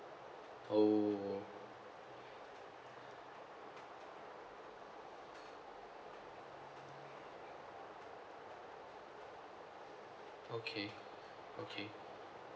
oh okay okay